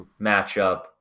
matchup